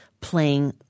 playing